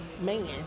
man